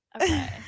Okay